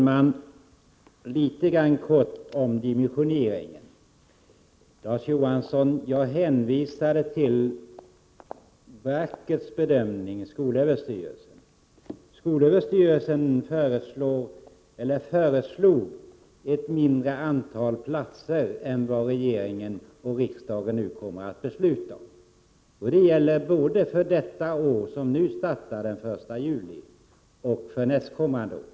Herr talman! Kort om dimensioneringen: Jag hänvisade, Larz Johansson, till skolöverstyrelsens bedömning. SÖ föreslog ett mindre antal platser än vad regeringen har föreslagit och riksdagen nu kommer att fatta beslut om och som gäller både det budgetår som startar den 1 juli och nästkommande.